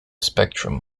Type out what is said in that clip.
spectrum